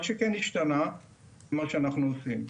מה שכן השתנה זה מה שאנחנו עושים.